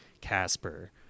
casper